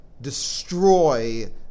destroy